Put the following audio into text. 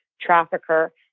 trafficker